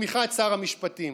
בתמיכת שר המשפטים.